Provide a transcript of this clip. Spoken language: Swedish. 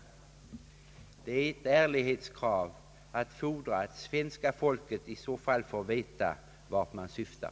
Det är ett ärlighetskrav att svenska folket i så fall får veta vart man syftar.